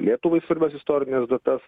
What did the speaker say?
lietuvai svarbias istorines datas